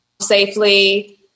safely